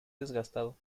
desgastado